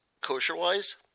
kosher-wise